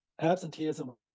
absenteeism